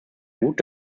gut